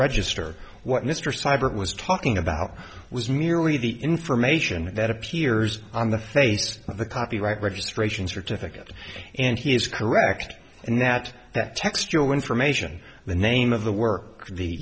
register what mr seibert was talking about was merely the information that appears on the face of the copyright registration certificate and he is correct and that that textual information the name of the work the